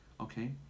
Okay